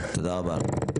תודה רבה.